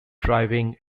driving